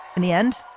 and the end,